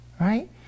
right